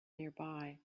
nearby